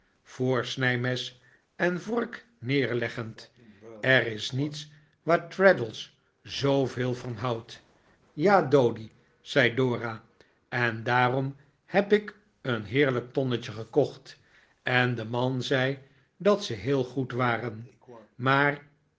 voorsnijmes en vork neerleggend er is niets waar traddles zooveel van houdt j ja doady zei dora en daarom heb ik een heerlijk tonnetje gekocht en de man zei dat ze heel goed waren maar